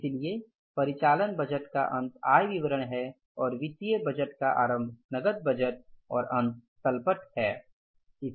इसलिए परिचालन बजट का अंत आय विवरण है और वित्तीय बजट का आरभ नकद बजट और अंत तल पट है